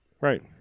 Right